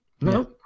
No